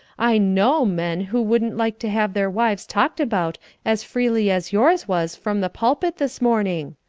i know men who wouldn't like to have their wives talked about as freely as yours was from the pulpit this morning.